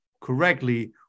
correctly